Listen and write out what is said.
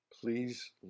please